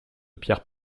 pierres